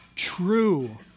true